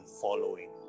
following